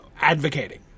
advocating